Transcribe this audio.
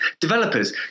Developers